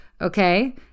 okay